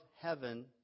heaven